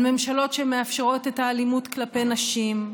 על ממשלות שמאפשרות את האלימות כלפי נשים,